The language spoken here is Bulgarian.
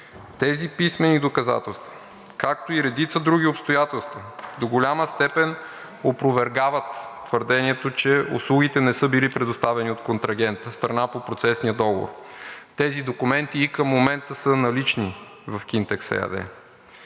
Тези писмени доказателства, както и редица други обстоятелства, до голяма степен опровергават твърдението, че услугите не са били предоставени от контрагента, страна по процесния договор. Тези документи и към момента са налични в „Кинтекс“ ЕАД.